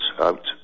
out